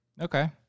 okay